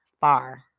far